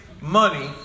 money